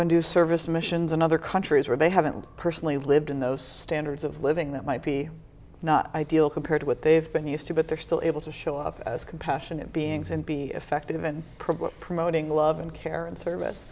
into service missions in other countries where they haven't personally lived in those standards of living that might be not ideal compared to what they've been used to but they're still able to show up as compassionate beings and be effective and probably promoting love and care and service